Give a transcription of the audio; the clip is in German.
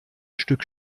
stück